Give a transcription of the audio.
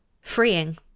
freeing